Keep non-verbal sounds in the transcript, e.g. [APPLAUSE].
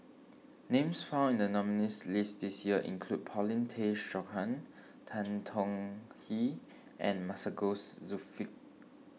names found in the nominees' list this year include Paulin Tay Straughan Tan Tong Hye and Masagos [UNINTELLIGIBLE]